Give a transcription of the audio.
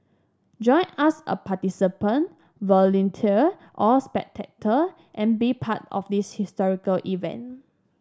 join us a participant volunteer or spectator and be part of this historic event